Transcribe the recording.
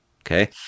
Okay